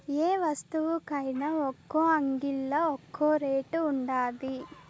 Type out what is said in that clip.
యే వస్తువుకైన ఒక్కో అంగిల్లా ఒక్కో రేటు ఉండాది